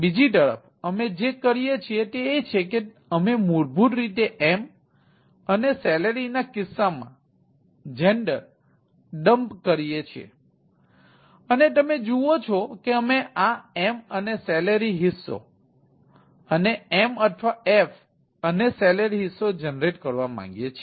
બીજી તરફ અમે જે કરીએ છીએ તે એ છે કે અમે મૂળભૂત રીતે M અને salaryના હિસ્સામાં gender ડમ્પ કરીએ છીએ અને તમે જુઓ છો કે અમે આ M અને salary હિસ્સો અને M અથવા F અને salary હિસ્સો જનરેટ કરવા માંગીએ છીએ